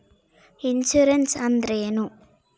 Insurance ಅಂದ್ರೇನು?